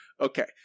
Okay